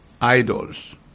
idols